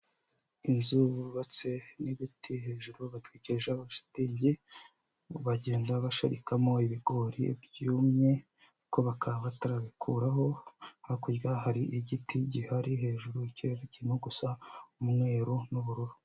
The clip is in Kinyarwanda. Inzu bubatse n'ibiti hejuru batwirikijeho shitingi, bagenda basharikamo ibigori byumye, ko bakaba batarabikuraho, hakurya hari igiti gihari, hejuru ikirere kirimo gusa umweru n'ubururu.